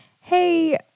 hey